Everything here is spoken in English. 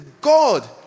God